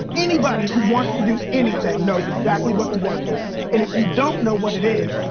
anybody who wants to do anything knows exactly what the work is. and if you don't know what it is,